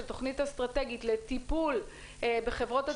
של תכנית אסטרטגית לטיפול בחברות התעופה,